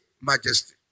majesty